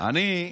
התעוררנו.